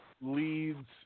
leads